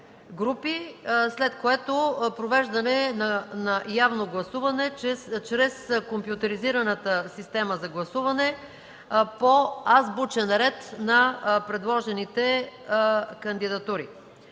след което провеждане на явно гласуване чрез компютризираната система за гласуване по азбучен ред на предложените кандидатури.